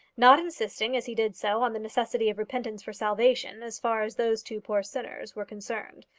not insisting as he did so on the necessity of repentance for salvation, as far as those two poor sinners were concerned.